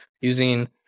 using